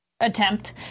attempt